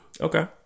Okay